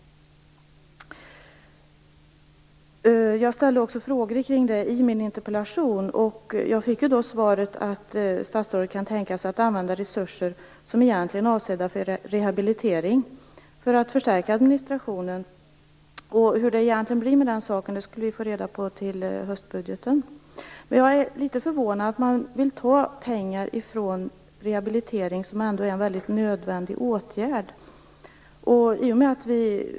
Jag ställde också frågor kring det i min interpellation. Jag fick då svaret att statsrådet kan tänka sig att använda resurser som egentligen är avsedda för rehabilitering för att förstärka administrationen. Hur det egentligen blir med den saken skulle vi få reda på till höstbudgeten. Jag är litet förvånad över att man vill ta pengar från rehabilitering, som ändå är en väldigt nödvändig åtgärd.